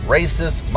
racist